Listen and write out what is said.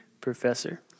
Professor